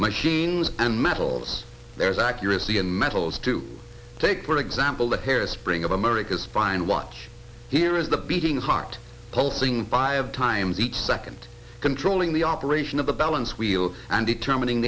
machines and metals there's accuracy in metals to take for example the hairspring of america's spine watch here is the beating heart pulsing five times the second controlling the operation of the balance wheel and determining